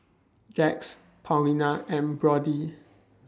Jax Paulina and Brodie